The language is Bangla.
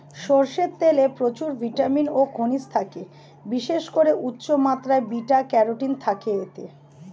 সরষের তেলে প্রচুর ভিটামিন ও খনিজ থাকে, বিশেষ করে উচ্চমাত্রার বিটা ক্যারোটিন থাকে এতে